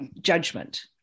judgment